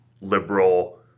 liberal